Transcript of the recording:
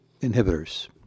inhibitors